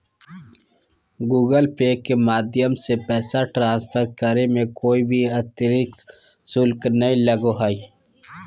Google Pay के माध्यम से पैसा ट्रांसफर करे मे कोय भी अतरिक्त शुल्क नय लगो हय